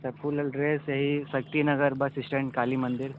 sir full address यही Shakti Nagar bus stand Kali मंदिर